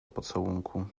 pocałunku